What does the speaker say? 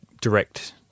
direct